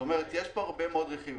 זאת אומרת שיש פה הרבה מאוד רכיבים.